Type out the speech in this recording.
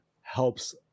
Helps